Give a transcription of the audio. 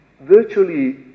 virtually